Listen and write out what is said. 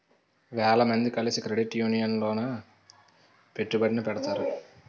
వేల మంది కలిసి క్రెడిట్ యూనియన్ లోన పెట్టుబడిని పెడతారు